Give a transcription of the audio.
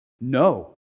no